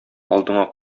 алдыңа